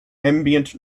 ambient